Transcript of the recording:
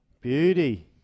Beauty